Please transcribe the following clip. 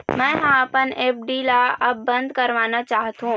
मै ह अपन एफ.डी ला अब बंद करवाना चाहथों